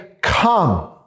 come